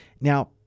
Now